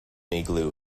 igloo